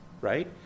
right